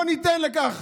לא ניתן לכך,